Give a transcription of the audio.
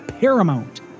paramount